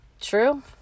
True